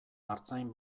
artzain